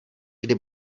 kdy